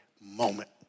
moment